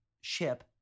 ship